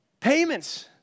Payments